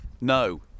No